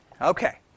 Okay